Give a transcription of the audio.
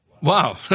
Wow